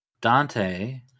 Dante